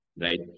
right